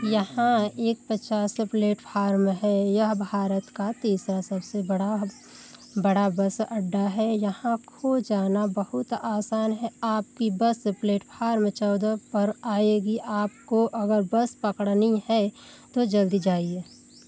यहाँ एक पचास प्लेटफ़ॉर्म हैं यह भारत का तीसरा सबसे बड़ा बड़ा बस अड्डा है यहाँ खो जाना बहुत आसान है आपकी बस प्लेटफ़ॉर्म चौदह पर आएगी आपको अगर बस पकड़नी है तो जल्दी जाइए